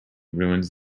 ruins